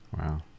Wow